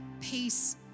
peace